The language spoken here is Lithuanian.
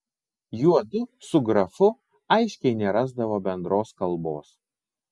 juodu su grafu aiškiai nerasdavo bendros kalbos